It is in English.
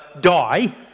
die